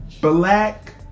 black